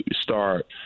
start